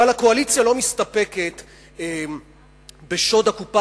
אבל הקואליציה לא מסתפקת בשוד הקופה